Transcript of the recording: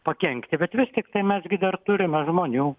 pakenkti bet vis tiktai mes gi dar turime žmonių